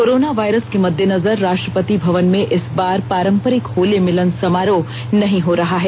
corona virus के मद्देनजर राष्ट्रपति भवन में इस बार पारम्परिक होली मिलन समारोह नहीं हो रहा है